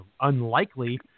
unlikely